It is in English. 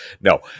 no